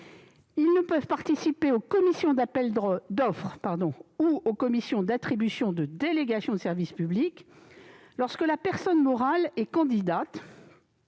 ils ne peuvent participer aux commissions d'appel d'offres ou aux commissions d'attribution de délégation de service public, lorsque la personne morale est candidate,